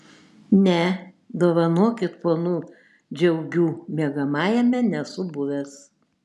ne dovanokit ponų džiaugių miegamajame nesu buvęs